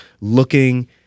looking